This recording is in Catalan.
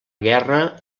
guerra